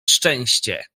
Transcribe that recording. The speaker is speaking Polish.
szczęście